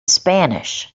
spanish